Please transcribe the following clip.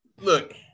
look